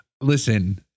Listen